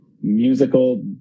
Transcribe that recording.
musical